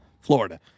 Florida